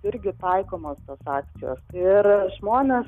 irgi taikomos tos akcijos ir žmonės